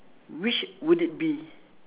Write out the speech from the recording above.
which would it be